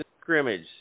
scrimmage